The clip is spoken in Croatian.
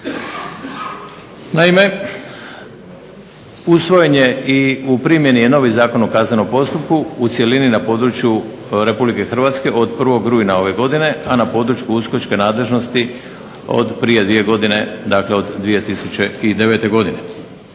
Naime, usvojen je i u primjeni je novi Zakon o kaznenom postupku u cjelini na području RH od 1. rujna ove godine, a na području USKOK-čke nadležnosti od prije dvije godine, dakle od 2009. godine.